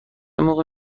موقع